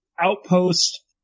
outpost